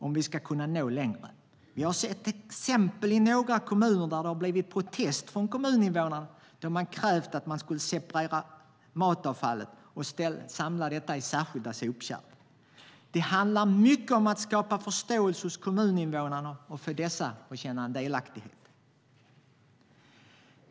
I några kommuner har vi sett exempel på protester från kommuninvånarna då det krävts separering av matavfallet och att detta samlas i särskilda sopkärl. Det handlar mycket om att skapa förståelse hos kommuninvånarna och få dessa att känna delaktighet.